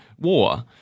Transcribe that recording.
war